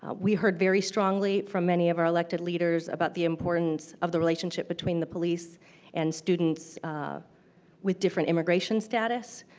we heard very strongly from many of our elected leaders about the importance of the relationship between the police and students with different immigration status.